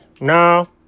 No